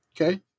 Okay